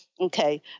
Okay